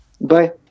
bye